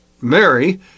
Mary